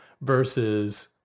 versus